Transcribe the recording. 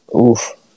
Oof